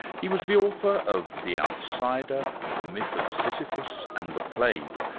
he was the author of the outsider, the myth of sisyphus, and the plague,